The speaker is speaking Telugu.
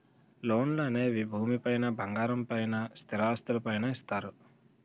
లోన్లు అనేవి భూమి పైన బంగారం పైన స్థిరాస్తులు పైన ఇస్తారు